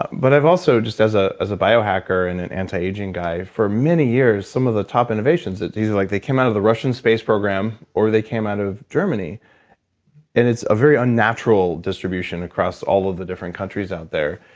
but, i've also just as ah as a biohacker and an anti-aging guy, for many years, some of the top innovations these are like they came out of the russian space program, or they came out of germany and it's a very unnatural distribution across all of the different countries out there.